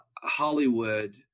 Hollywood